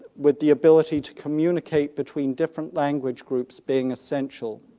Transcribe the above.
with the ability to communicate between different language groups being essential.